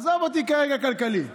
עזוב אותי לרגע כלכלי,